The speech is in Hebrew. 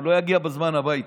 הוא לא יגיע בזמן הביתה.